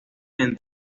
entre